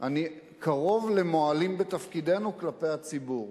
קרוב למועלים בתפקידנו כלפי הציבור.